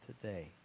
today